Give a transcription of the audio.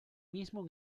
mismo